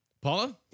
Paula